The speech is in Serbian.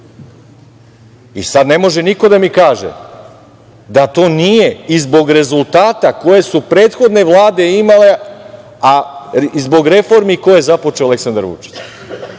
I sada ne može niko da mi kaže da to nije i zbog rezultata koji su prethodne vlade imale, a zbog reformi koje je započeo Aleksandar Vučić. Imali